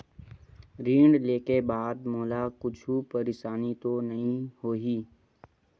ऋण लेके बाद मोला कुछु परेशानी तो नहीं होही?